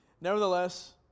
nevertheless